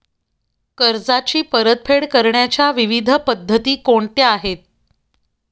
कर्जाची परतफेड करण्याच्या विविध पद्धती कोणत्या आहेत?